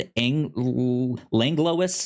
Langlois